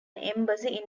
embassy